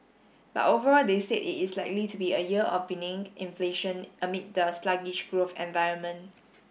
but overall they said it is likely to be a year of benign inflation amid the sluggish growth environment